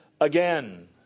again